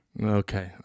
okay